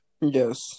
Yes